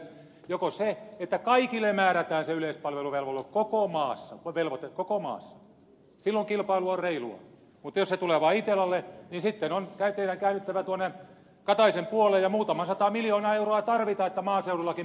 joko se että kaikille määrätään se yleispalveluvelvoite koko maassa silloin kilpailu on reilua mutta jos se tulee vaan itellalle niin sitten on teidän käännyttävä tuonne kataisen puoleen ja muutama sata miljoonaa euroa tarvitaan että maaseudullakin posti kulkee